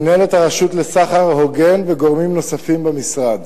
מינהלת הרשות לסחר הוגן וגורמים נוספים במשרד,